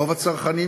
רוב הצרכנים,